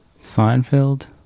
Seinfeld